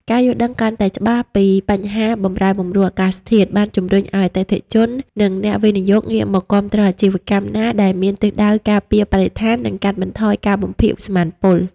ការយល់ដឹងកាន់តែច្បាស់ពីបញ្ហាបម្រែបម្រួលអាកាសធាតុ បានជម្រុញឱ្យអតិថិជន និងអ្នកវិនិយោគងាកមកគាំទ្រអាជីវកម្មណាដែលមានទិសដៅការពារបរិស្ថាន និងកាត់បន្ថយការបំភាយឧស្ម័នពុល។